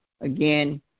again